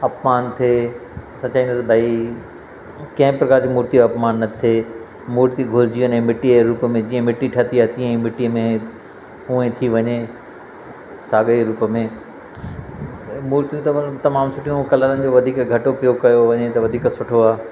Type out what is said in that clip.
अपमानु थिए असां चवंदासि भाई कंहिं प्रकार जी मूर्तिअ जो अपमानु न थिए मूर्ति घुलिजी वञे मिटीअ जे रूप में जीअं मिटी ठाती आहे तीअं ई मिटीअ में हुंअ ई थी वञे साॻे ई रूप में मूर्तियूं त तमामु सुठियूं ऐं कलरनि जो वधीक घटि उपयोगु कयो वञे त वधीक सुठो आहे